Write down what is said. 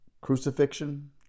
crucifixion